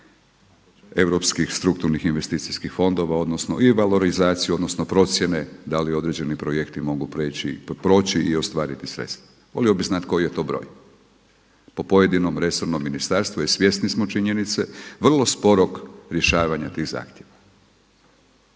europskih strukturnih investicijskih fondova odnosno i valorizaciju odnosno procjene da li određeni projekti mogu proći i ostvariti sredstva, volio bih znati koji je to broj po pojedinom resornom ministarstvu jer svjesni smo činjenice vrlo sporog rješavanja tih zahtjeva.